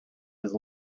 his